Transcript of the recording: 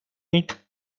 paint